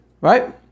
Right